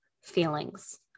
feelings